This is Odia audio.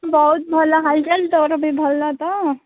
ବହୁତ ଭଲ ହାଲ୍ଚାଲ୍ ତୋର ବି ଭଲ ତ